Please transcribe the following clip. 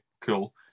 cool